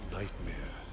nightmare